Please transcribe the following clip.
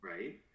right